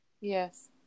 Yes